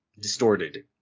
distorted